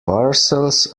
parcels